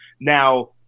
Now